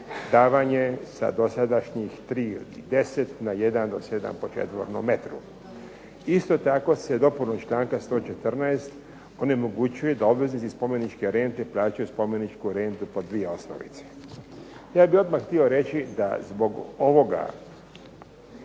davanje sa dosadašnjih 3 i 10 na 1 do 7 po četvornom metru. Isto tako se dopunom članka 114. onemogućuje da obveznici spomeničke rente plaćaju spomeničku rentu po dvije osnovice. Ja bih odmah htio reći da zbog ovoga